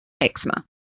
eczema